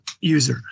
user